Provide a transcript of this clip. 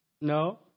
No